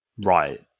Right